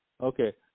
Okay